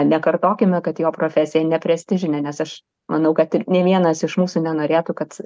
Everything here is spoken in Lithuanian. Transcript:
nekartokime kad jo profesija ne prestižinė nes aš manau kad ir nė vienas iš mūsų nenorėtų kad